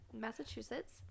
Massachusetts